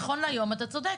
נכון להיום, אתה צודק.